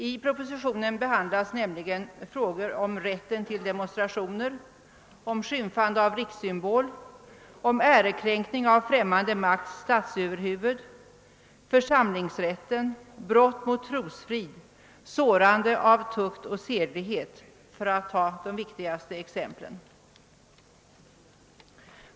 I propositionen behandlas nämligen frågor om rätt till demonstrationer, skymfande av rikssymbol, ärekränkning av främmande makts statsöverhuvud, församlingsrätten, brott mot trosfrid, sårande av tukt och sedlighet — för att ta de viktigaste sakerna.